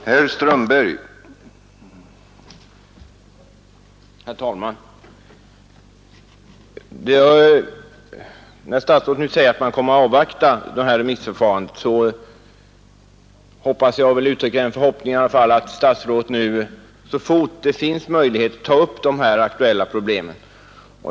Herr talman! Med anledning av att statsrådet nu säger att man kommer att avvakta remissförfarandet vill jag i alla fall uttrycka den förhoppningen att statsrådet så fort det finns möjligheter därtill tar upp de här aktuella problemen.